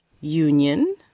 union